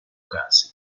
casi